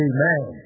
Amen